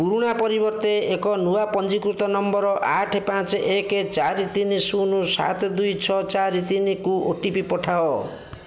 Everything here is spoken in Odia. ପୁରୁଣା ପରିବର୍ତ୍ତେ ଏକ ନୂଆ ପଞ୍ଜୀକୃତ ନମ୍ବର୍ ଆଠ ପାଞ୍ଚ ଏକ ଚାରି ତିନି ଶୂନ ସାତ ଦୁଇ ଛଅ ଚାରି ତିନିକୁ ଓ ଟି ପି ପଠାଅ